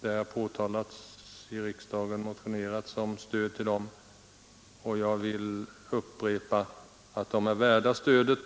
Det har påtalats, och man har motionerat i riksdagen om stöd till dem. Jag vill upprepa att de är värda stödet.